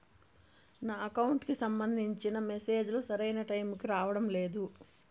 నా అకౌంట్ కి సంబంధించిన మెసేజ్ లు సరైన టైముకి రావడం లేదు